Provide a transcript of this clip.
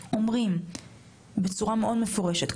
והם אומרים בצורה מאוד מפורשת,